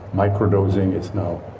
micro-dosing is now